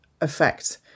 effect